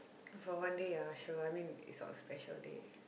for one day ah sure I mean it's for special day